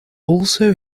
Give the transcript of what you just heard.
also